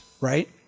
right